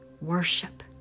worship